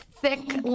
thick